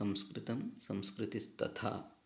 संस्कृतं संस्कृतिस्तथा